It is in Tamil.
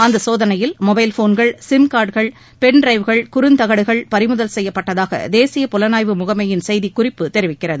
அந்த சோதனையில் மொபைல் போன்கள் சிம்கார்டுகள் பென் ட்ரைவ்கள் குறந்தகடுகள் பறிமுதல் செய்யப்பட்டதாக தேசிய புலனாய்வு முகமையின் செய்திக்குறிப்பு தெரிவிக்கிறது